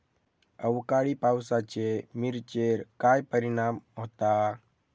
अवकाळी पावसाचे मिरचेर काय परिणाम होता?